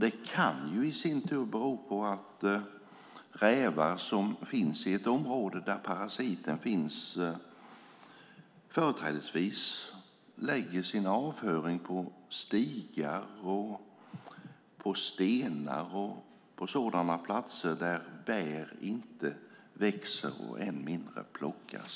Det kan i sin tur bero på att rävar som finns i ett område där parasiten finns företrädesvis lägger sin avföring på stigar, stenar och liknande där bär inte växer och än mindre plockas.